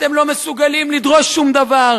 אתם לא מסוגלים לדרוש שום דבר.